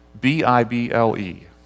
B-I-B-L-E